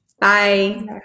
Bye